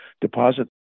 deposit